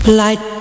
light